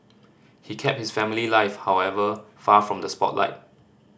he kept his family life however far from the spotlight